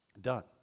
Done